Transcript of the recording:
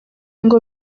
ngo